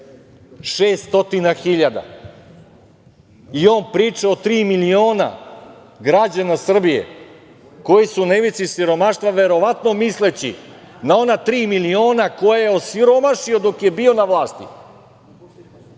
600.000. I on priča o tri miliona građana Srbije koji su na ivici siromaštva, verovatno misleći na ona tri miliona koja je osiromašio dok je bio na